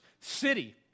city